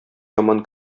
яман